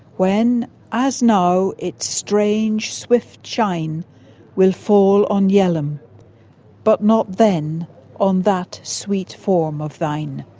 when as now its strange swift shine will fall on yell'ham but not then on that sweet form of thine.